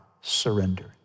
surrender